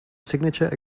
signature